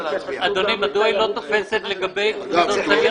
אדוני, מדוע היא לא תוספת לגבי צליינות?